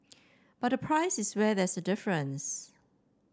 but the price is where there's a difference